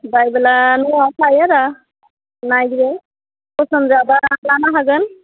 बायबोला लहा थायोरा नायग्रो गोसोम जाब्ला लानो हागोन